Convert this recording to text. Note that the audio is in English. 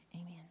amen